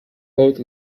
both